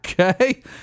okay